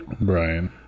Brian